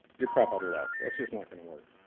you're crap out of luck. that's just not going to work.